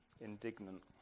Indignant